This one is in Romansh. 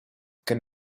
che